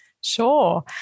Sure